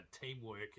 teamwork